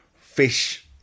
Fish